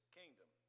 kingdom